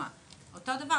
אז אותו הדבר,